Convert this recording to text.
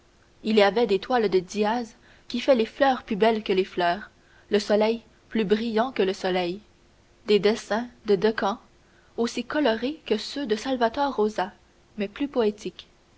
il y avait des toiles de diaz qui fait les fleurs plus belles que les fleurs le soleil plus brillant que le soleil des dessins de decamps aussi colorés que ceux de salvator rosa mais plus poétiques